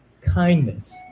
kindness